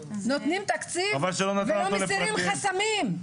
נותנים תקציב ולא מסירים חסמים.